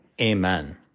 Amen